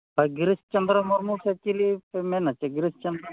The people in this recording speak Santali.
ᱜᱤᱨᱤᱥ ᱪᱚᱱᱫᱨᱚ ᱢᱩᱨᱢᱩ ᱥᱮ ᱪᱤᱞᱤᱯᱮ ᱢᱮᱱᱟ ᱪᱮ ᱜᱤᱨᱤᱥ ᱪᱚᱱᱫᱨᱚ